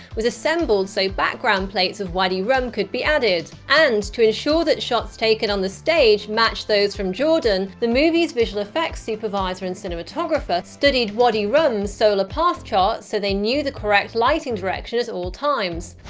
was assembled so background plates of wadi rum could be added. and to ensure that shots taken on the stage matched those from jordan, the movie's visual effects supervisor and cinematographer studied wadi rum's solar path charts so they knew the correct lighting direction at all times.